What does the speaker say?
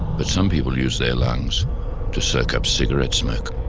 but some people use their lungs to soak up cigarette smoke.